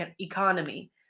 economy